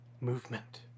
Movement